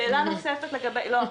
לא.